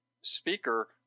speaker